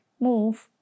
move